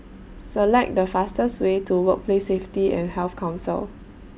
Select The fastest Way to Workplace Safety and Health Council